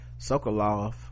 Sokolov